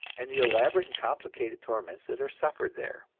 and the elaborate and complicated torments that are suffered there.